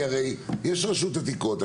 יש רשות עתיקות,